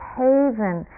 haven